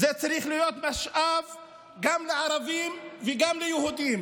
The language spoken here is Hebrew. זה צריך להיות משאב גם לערבים וגם ליהודים,